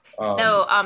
No